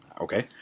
okay